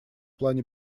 плане